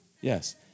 Yes